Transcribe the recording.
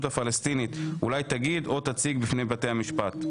הפלסטינית אולי תגיד או תציג בפני בתי המשפט.